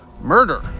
murder